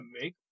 make